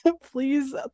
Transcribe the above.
please